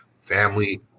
family